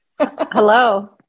Hello